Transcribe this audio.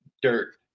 Dirt